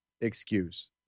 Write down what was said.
excuse